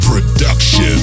Production